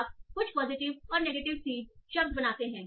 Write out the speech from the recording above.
आप कुछ पॉजिटिव और नेगेटिव सीड शब्द बनाते हैं